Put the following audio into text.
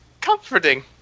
comforting